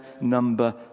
number